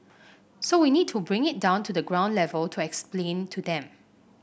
so we need to bring it down to the ground level to explain to them